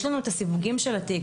יש לנו את הסיווגים של התיק.